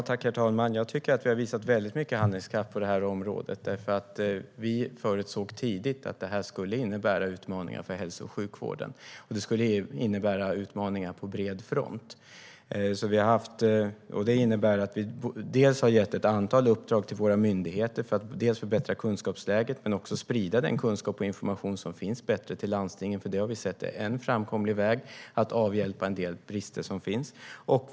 Herr talman! Jag tycker att vi har visat mycket handlingskraft på området. Vi förutsåg tidigt att detta skulle innebära utmaningar för hälso och sjukvården och att det skulle innebära utmaningar på bred front. Det innebär att vi har gett ett antal uppdrag till våra myndigheter för att både förbättra kunskapsläget och bättre sprida den kunskap och information som finns till landstingen. Det har vi nämligen sett är en framkomlig väg för att avhjälpa en del brister som finns.